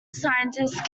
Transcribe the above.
scientist